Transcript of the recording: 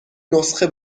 نسخه